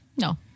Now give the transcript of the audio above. No